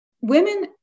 Women